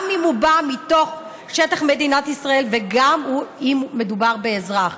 גם אם הוא בא מתוך שטח מדינת ישראל וגם אם מדובר באזרח.